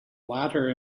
latter